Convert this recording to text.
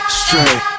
straight